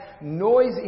noisy